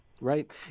Right